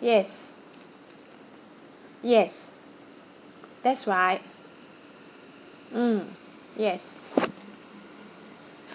yes yes that's right mm yes